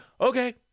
okay